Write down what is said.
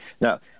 Now